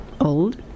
old